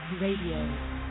Radio